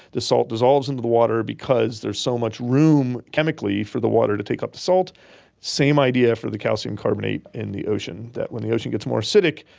the salt dissolves into the water because there is so much room chemically for the water to take up the salt, the same idea for the calcium carbonate in the ocean, that when the ocean gets more acidic,